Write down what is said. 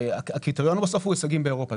הקריטריון בסוף הוא הישגים באירופה.